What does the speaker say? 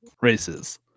races